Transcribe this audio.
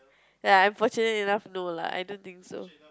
ya I'm fortunate enough no lah I don't think so